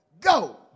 go